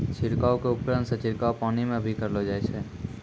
छिड़काव क उपकरण सें छिड़काव पानी म भी करलो जाय छै